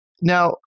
Now